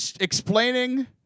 explaining